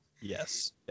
yes